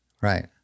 right